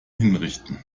hinrichten